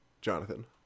Jonathan